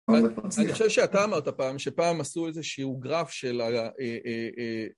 אני חושב שאתה אמרת פעם, שפעם עשו איזשהו גרף של ה...